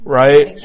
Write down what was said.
right